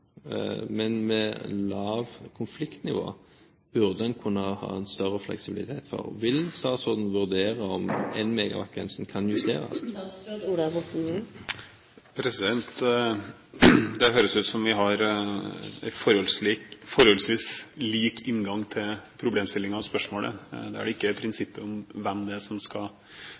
fleksibilitet for. Vil statsråden vurdere om 1 MW-grensen kan justeres? Det høres ut som om vi har en forholdsvis lik inngang til problemstillingen og spørsmålet. Det er ikke prinsippet om hvem det er som skal